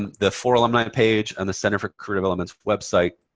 and the for alumni page and the center for career developments website.